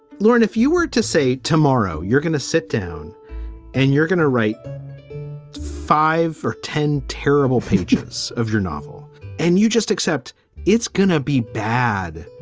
lauren, if you were to say tomorrow, you're going to sit down and you're going to write five or ten terrible pages of your novel and you just accept it's going to be bad.